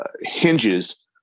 hinges